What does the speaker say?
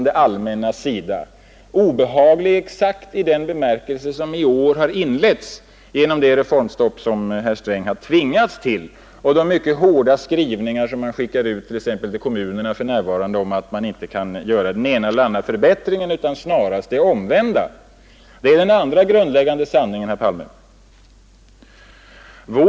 Den har redan inletts i år genom det reformstopp som finansminister Sträng har tvingats till och genom de mycket hårda skrivningar som han skickade ut exempelvis till kommunerna om att man inte kan göra den ena eller den andra förbättringen utan snarast det omvända. Det är den andra grundläggande sanningen, herr Palme.